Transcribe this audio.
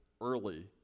early